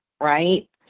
right